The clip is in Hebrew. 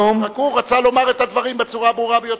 רק הוא רצה להגיד את הדברים בצורה הברורה ביותר,